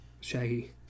Shaggy